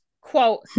Quote